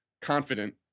confident